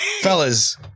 fellas